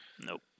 Nope